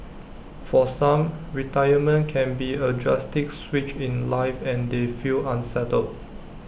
for some retirement can be A drastic switch in life and they feel unsettled